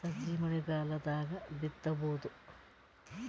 ಸಜ್ಜಿ ಮಳಿಗಾಲ್ ದಾಗ್ ಬಿತಬೋದ?